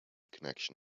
connection